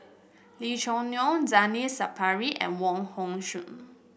Lee Choo Neo Zainal Sapari and Wong Hong Suen